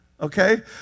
okay